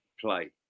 play